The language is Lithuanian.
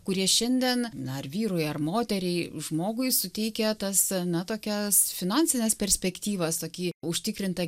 kurie šiandien na ar vyrui ar moteriai žmogui suteikia tas na tokias finansines perspektyvas tokį užtikrintą